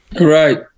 Right